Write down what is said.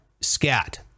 scat